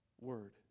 word